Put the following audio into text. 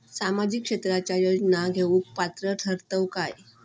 सामाजिक क्षेत्राच्या योजना घेवुक पात्र ठरतव काय?